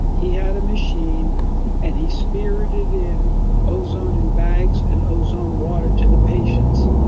he had a machine and he spirited in ozone in bags and ozone water to the patients,